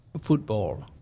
football